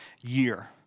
year